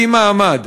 בלי מעמד.